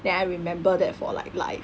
then I remember that for like life